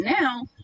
now